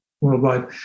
worldwide